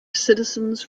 citizens